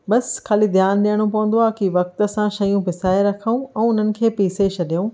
बसि ख़ाली ध्यानि ॾियणो पवंदो आहे त वक़्त सां शयूं पिसाए रखूं ऐं उन्हनि खे पिसे छॾियूं